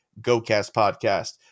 GoCastPodcast